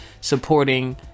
supporting